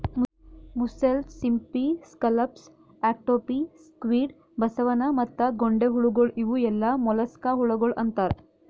mussels, ಸಿಂಪಿ, scallops, octopi, squid, ಬಸವನ ಮತ್ತ ಗೊಂಡೆಹುಳಗೊಳ್ ಇವು ಎಲ್ಲಾ ಮೊಲಸ್ಕಾ ಹುಳಗೊಳ್ ಅಂತಾರ್